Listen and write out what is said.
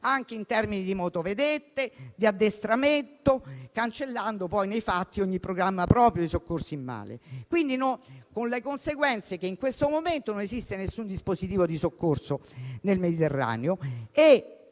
anche in termini di motovedette e di addestramento, cancellando, nei fatti, ogni programma proprio di soccorso in mare. La conseguenza è che, in questo momento, non esiste alcun dispositivo di soccorso nel Mediterraneo e,